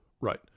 right